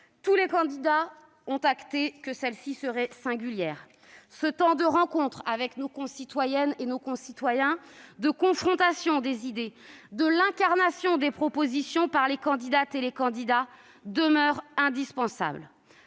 tous les candidats en ont pris acte. Ce temps de rencontre avec nos concitoyennes et concitoyens, de confrontation des idées et d'incarnation des propositions par les candidates et les candidats demeure indispensable.